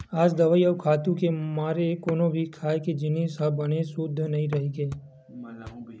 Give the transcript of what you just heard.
आज दवई अउ खातू के मारे कोनो भी खाए के जिनिस ह बने सुद्ध नइ रहि गे